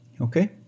okay